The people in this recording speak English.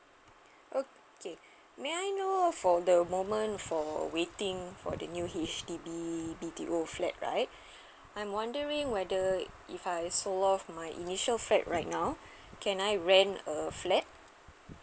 okay may I know for the moment for waiting for the new H_D_B B_T_O flat right I'm wondering whether if I sold off my initial flat right now can I rent a flat